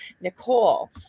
Nicole